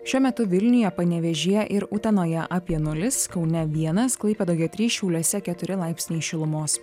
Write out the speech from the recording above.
šiuo metu vilniuje panevėžyje ir utenoje apie nulis kaune vienas klaipėdoje trys šiauliuose keturi laipsniai šilumos